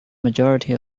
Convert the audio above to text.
majority